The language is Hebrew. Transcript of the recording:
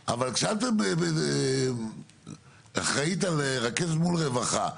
אבל כשאת אחראית על לרכז מול רווחה,